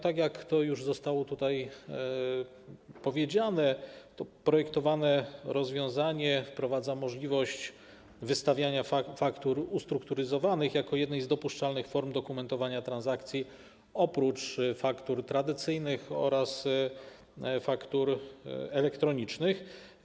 Tak jak to już zostało tutaj powiedziane, projektowane rozwiązanie wprowadza możliwość wystawiania faktur ustrukturyzowanych jako jednej z dopuszczalnych form dokumentowania transakcji oprócz faktur tradycyjnych oraz faktur elektronicznych.